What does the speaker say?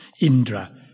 Indra